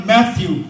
Matthew